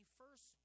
first